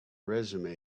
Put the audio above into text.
resume